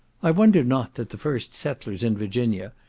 i wonder not that the first settlers in virginia,